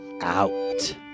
out